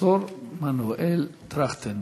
פרופסור מנואל טרכטנברג.